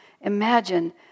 Imagine